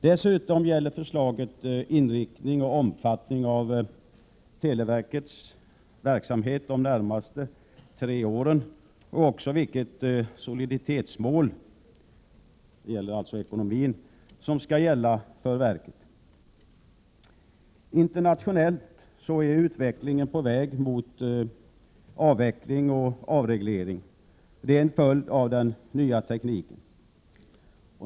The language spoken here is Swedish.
Dessutom gäller förslaget inriktning och omfattning av televerkets verksamhet de närmaste tre åren och också vilket soliditetsmål — det gäller alltså ekonomin — som skall gälla för verket. Internationellt är utvecklingen på väg mot avveckling av monopol och avreglering. Det är en följd av den nya tekniken.